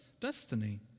destiny